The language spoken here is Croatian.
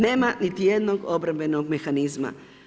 Nema niti jednog obrambenog mehanizma.